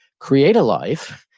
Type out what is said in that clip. create a life,